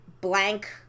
blank